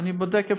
אני בודק אפשרות,